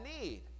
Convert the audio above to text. need